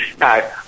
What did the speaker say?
No